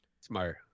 smart